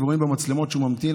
ורואים במצלמות שהוא ממתין,